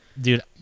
dude